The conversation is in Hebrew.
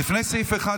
לפני סעיף 1,